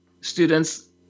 students